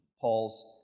Paul's